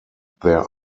there